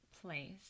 place